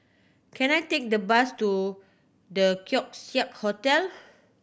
can I take the bus to The Hotel